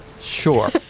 sure